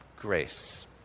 Grace